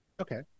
Okay